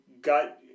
got